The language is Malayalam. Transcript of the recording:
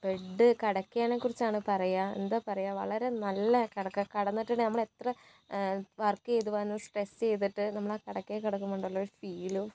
ബെഡ് കിടക്കയെ കുറിച്ചാണ് പറയുക എന്താ പറയുക വളരെ നല്ല കിടക്ക കിടന്നിട്ടുണ്ടെങ്കിൽ നമ്മൾ എത്ര വർക്ക് ചെയ്ത് വന്ന് സ്ട്രെസ്സ് ചെയ്തിട്ട് നമ്മൾ ആ കിടക്കയിൽ കിടക്കുമ്പോൾ ഉണ്ടല്ലോ ഒരു ഫീലും